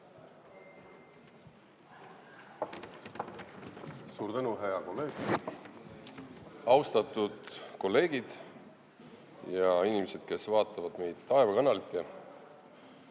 Suur tänu, hea kolleeg! Austatud kolleegid ja inimesed, kes vaatavad meid taevakanalite